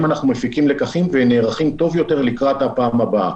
אנחנו מפיקים לקחים ונערכים טוב יותר לקראת הפעם הבאה.